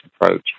approach